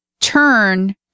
turn